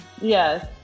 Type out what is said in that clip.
Yes